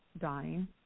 dying